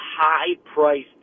high-priced